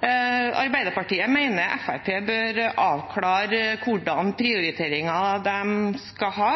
Arbeiderpartiet mener at Fremskrittspartiet bør avklare hvilke prioriteringer de skal ha,